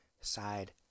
side